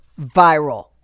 viral